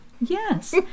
Yes